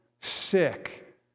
sick